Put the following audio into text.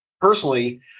personally